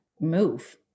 move